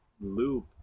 loop